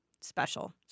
special